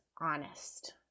honest